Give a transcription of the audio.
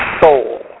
soul